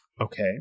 Okay